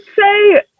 say